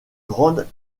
grande